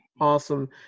awesome